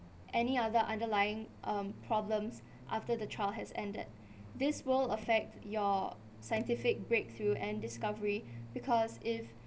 any other underlying um problems after the trial has ended this will affect your scientific breakthrough and discovery because if